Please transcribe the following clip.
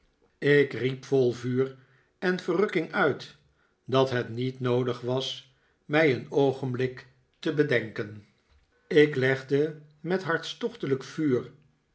ik riep vol vuur en verrukking uit dat het niet noodig was mij een oogenblik te bedenken ik legde met hartstochtelijk vuur